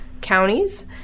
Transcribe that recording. counties